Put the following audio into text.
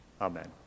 Amen